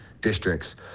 districts